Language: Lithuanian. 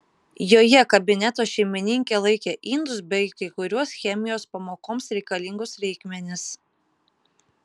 joje kabineto šeimininkė laikė indus bei kai kuriuos chemijos pamokoms reikalingus reikmenis